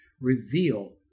reveal